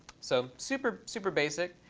so super, super basic.